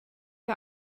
der